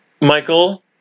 Michael